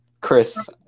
Chris